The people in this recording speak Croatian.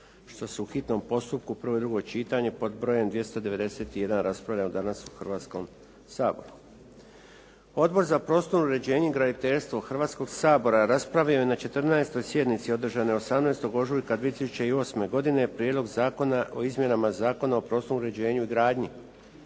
što se u hitnom postupku, prvo i drugo čitanje pod brojem 291 rasprava danas u Hrvatskom saboru. Odbor za prostorno uređenje i graditeljstvo Hrvatskog sabora raspravio je na 14. sjednici, održanoj 18. ožujka 2008. godine, Prijedlog zakona o izmjenama Zakona o prostornom uređenju i gradnji